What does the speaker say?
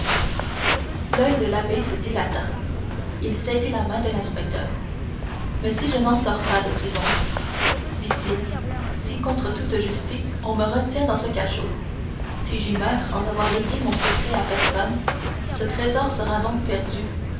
l'oeil de l'abbé se dilata il saisit la main de l'inspecteur mais si je n'en sors pas de prison dit-il si contre toute justice on me retient dans ce cachot si j'y meurs sans avoir légué mon secret à personne ce trésor sera donc perdu